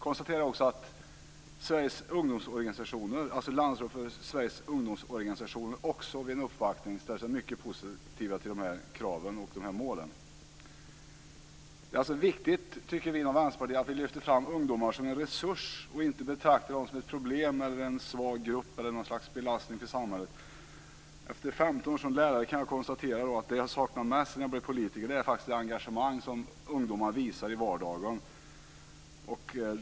Landsrådet för Sveriges ungdomsorganisationer vid en uppvaktning hos kulturutskottet ställde sig mycket positiva till dessa krav och mål. Det är viktig, tycker vi inom Vänsterpartiet, att ungdomar lyfts fram som en resurs och inte betraktas som ett problem, en svag grupp eller en belastning för samhället. Efter 15 år som lärare kan jag konstatera att det som jag saknar mest sedan jag blev politiker är det engagemang som ungdomar visar i vardagen.